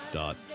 dot